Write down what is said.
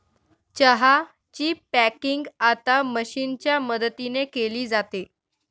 चहा ची पॅकिंग आता मशीनच्या मदतीने केली जाते